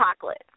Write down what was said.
chocolate